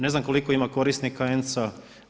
Ne znam koliko ima korisnika ENC-a.